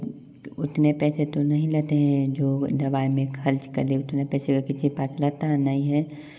उतने पैसे तो नहीं रहते हैं जो दवाई में खर्च करें उतने पैसे किसी के पास रहता है नहीं है